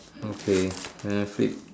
okay then I flip